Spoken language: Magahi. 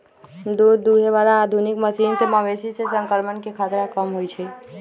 दूध दुहे बला आधुनिक मशीन से मवेशी में संक्रमण के खतरा कम होई छै